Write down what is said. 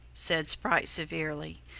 said sprite severely,